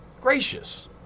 Gracious